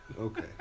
Okay